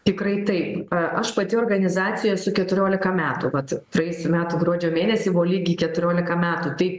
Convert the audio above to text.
tikrai taip aš pati organizacijoj esu keturiolika metų vat praėjusių metų gruodžio mėnesį buvo lygiai keturiolika metų tai